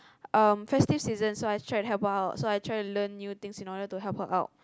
um festive seasons so I try to help her out so I was trying to learning new things in order to help her out